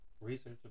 research